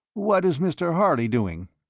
what is mr harley doing?